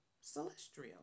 celestial